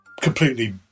completely